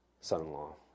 son-in-law